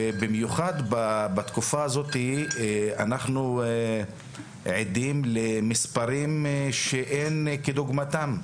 ובמיוחד בתקופה הזאת אנחנו עדים למספרים שאין כדוגמתם.